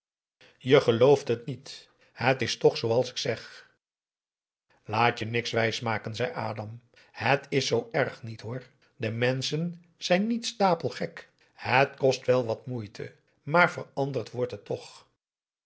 je gelooft het niet het is toch zooals ik zeg laat je niks wijs maken zei adam het is zoo erg niet hoor de menschen zijn niet stapelgek het kost wel wat moeite maar veranderd wordt het toch